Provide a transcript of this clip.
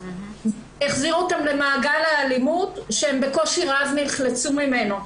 להחזיר אותן למעגל האלימות שהן בקושי רב נחלצו ממנו.